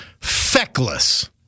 feckless